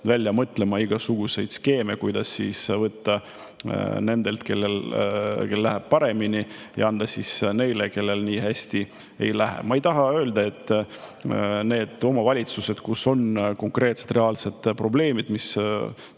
välja mõtlema igasuguseid skeeme, kuidas võtta nendelt, kellel läheb paremini, ja anda neile, kellel nii hästi ei lähe. Ma ei taha öelda, et need omavalitsused, kus on konkreetsed reaalsed probleemid ja